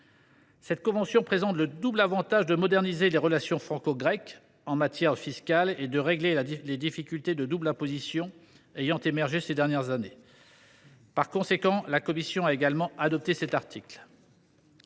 Cette convention présente le double avantage de moderniser les relations franco grecques en matière fiscale et de régler les difficultés de double imposition qui ont émergé ces dernières années. Par conséquent, la commission a également adopté cet article.